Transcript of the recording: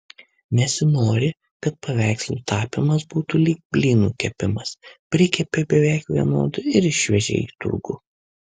nesinori kad paveikslų tapymas būtų lyg blynų kepimas prikepei beveik vienodų ir išvežei į turgų